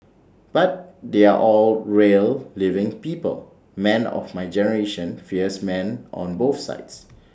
but they are all real living people men of my generation fierce men on both sides